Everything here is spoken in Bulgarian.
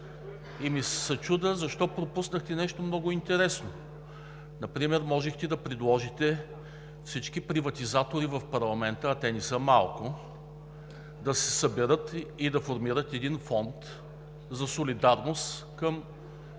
Чудя се защо пропуснахте нещо много интересно. Например можехте да предложите всички приватизатори в парламента, а те не са малко, да се съберат и да формират един фонд за солидарност към